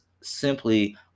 simply